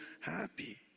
happy